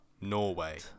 Norway